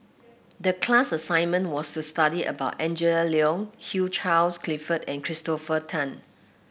the class assignment was to study about Angela Liong Hugh Charles Clifford and Christopher Tan